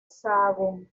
sahagún